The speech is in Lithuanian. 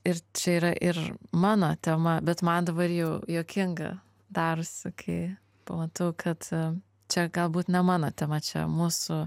ir čia yra ir mano tema bet man dabar jau juokinga darosi kai pamatau kad čia galbūt ne mano tema čia mūsų